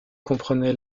comprenaient